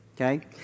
Okay